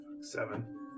Seven